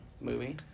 movie